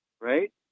right